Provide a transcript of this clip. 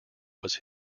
was